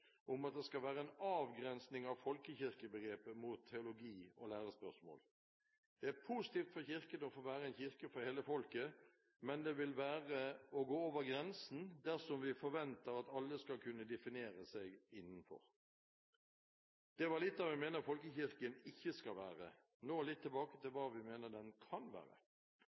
om at det skal være en avgrensing av folkekirkebegrepet mot teologi og lærespørsmål. Det er positivt for Kirken å få være en kirke for hele folket, men det vil være å gå over grensen dersom vi forventer at alle skal kunne definere seg innenfor. Det var litt om hva jeg mener folkekirken ikke skal være – nå litt tilbake til hva vi mener den kan være.